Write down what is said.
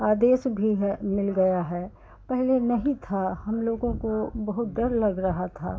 आदेश भी है मिल गया है पहले नहीं था हमलोगों को बहुत डर लग रहा था